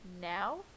Now